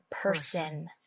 person